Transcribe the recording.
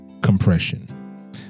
compression